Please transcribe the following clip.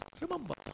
Remember